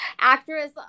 actress